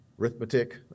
arithmetic